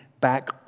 back